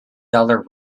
dollar